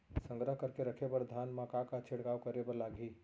संग्रह करके रखे बर धान मा का का छिड़काव करे बर लागही?